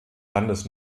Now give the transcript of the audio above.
landes